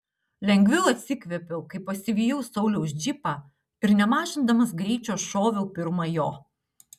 lengviau atsikvėpiau kai pasivijau sauliaus džipą ir nemažindamas greičio šoviau pirma jo